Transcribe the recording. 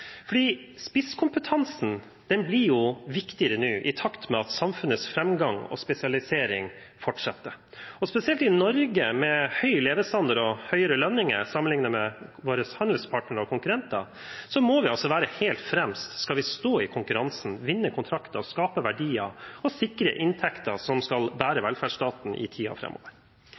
Norge med høy levestandard og høye lønninger sammenlignet med våre handelspartnere og konkurrenter må vi være helt fremst om vi skal stå i konkurransen, vinne kontrakter, skape verdier og sikre inntekter som skal bære velferdsstaten i